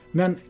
Men